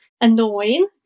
annoying